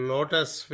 Lotus